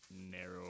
narrow